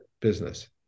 business